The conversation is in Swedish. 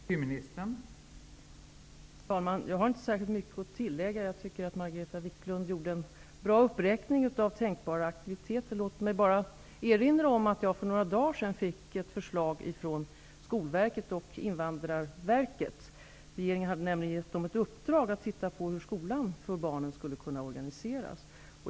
Fru talman! Jag har inte särskilt mycket att tillägga. Jag tycker att Margareta Viklund gjorde en bra uppräkning av tänkbara aktiviteter. Låt mig bara erinra om att jag för några dagar sedan fick ett förslag från Skolverket och Invandrarverket. Regeringen hade nämligen givit dem i uppdrag att undersöka hur skolan för barnen skulle kunna organiseras.